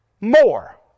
more